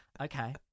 okay